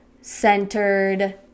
centered